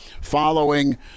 following